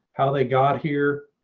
how they got here,